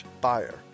buyer